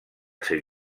sri